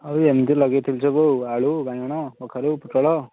ଆଉ ଏମିତି ଲଗେଇଥିଲି ସବୁ ଆଳୁ ବାଇଗଣ କଖାରୁ ପୋଟଳ